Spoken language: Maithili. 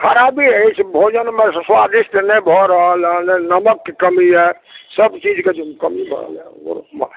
खराबी अछि भोजनमे स्वादिष्ट नहि भऽ रहल हँ नमकके कमी यऽ सभ चीजकेँ कमी भऽ रहल यऽ